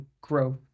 growth